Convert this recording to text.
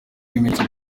bimenyetso